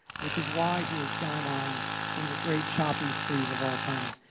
which is why he has gone on one of the great shopping sprees of all time.